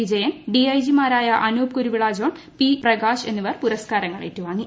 വിജയൻ ഡിഐജിമാരായ Anoop Kuruvilla John P Prakash എന്നിവർ പുരസ്കാരങ്ങൾ ഏറ്റുവാങ്ങി